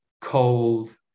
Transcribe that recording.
cold